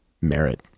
merit